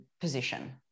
position